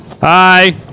hi